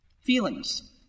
Feelings